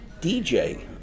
DJ